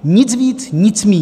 Nic víc, nic míň.